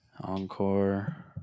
Encore